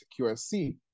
qsc